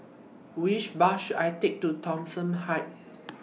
Which Bus should I Take to Thomson Heights